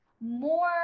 more